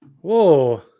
Whoa